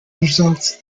result